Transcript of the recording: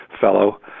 fellow